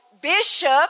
bishop